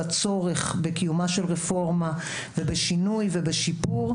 הצורך בקיומה של רפורמה ובשינוי ובשיפור,